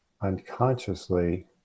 unconsciously